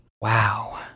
Wow